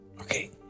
Okay